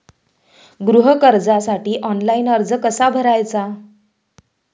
गृह कर्जासाठी ऑनलाइन अर्ज कसा भरायचा?